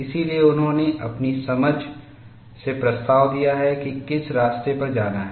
इसलिए उन्होंने अपनी समझ से प्रस्ताव दिया है कि किस रास्ते पर जाना है